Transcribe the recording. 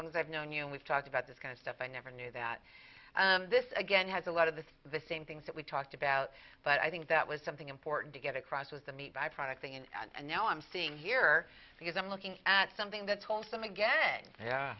long as i've known you and we've talked about this kind of stuff i never knew that this again has a lot of this the same things that we talked about but i think that was something important to get across was the need byproduct and now i'm seeing here because i'm looking at something that told them again yeah